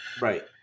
Right